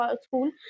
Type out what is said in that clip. school